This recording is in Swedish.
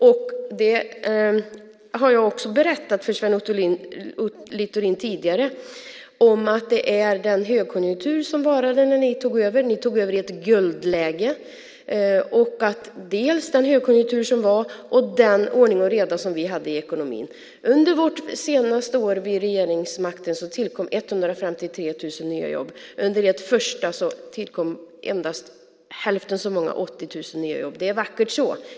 Jag har också berättat för Sven Otto Littorin tidigare att det beror på den högkonjunktur som var när ni tog över. Ni tog över i ett guldläge tack vare den högkonjunktur som var och den ordning och reda som vi hade i ekonomin. Under vårt senaste år vid regeringsmakten tillkom 153 000 nya jobb. Under ert första år tillkom endast hälften så många, 80 000, nya jobb. Det är vackert så.